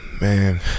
man